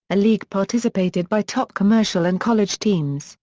a league participated by top commercial and college teams,